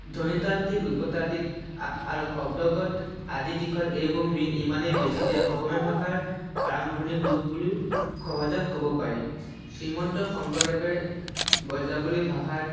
ধ্বনিতান্ত্ৰিক ৰূপতান্ত্ৰিক আৰু শব্দগত আদি দিশত এইবোৰ মিল ইমানেই বেছি যে অসমীয়া ভাষাৰ প্ৰাৰম্ভণিক ৰূপ বুলিও সহজে ক'ব পাৰি শ্ৰীমন্ত শংকৰদেৱে ব্ৰজাৱলী ভাষাত